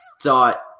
thought